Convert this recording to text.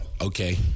Okay